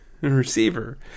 receiver